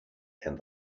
and